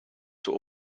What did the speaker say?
für